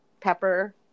pepper